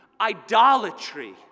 idolatry